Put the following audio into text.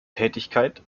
tätigkeit